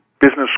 business